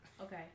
Okay